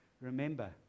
Remember